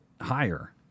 higher